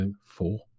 four